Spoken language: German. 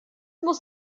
muss